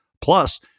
plus